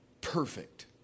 perfect